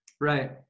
Right